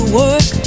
work